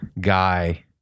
guy